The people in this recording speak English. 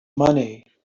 money